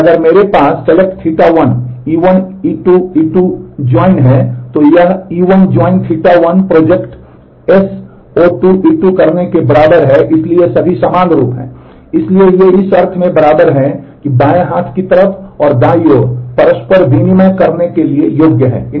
और अगर मेरे पास σƟ1 हैं